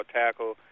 tackle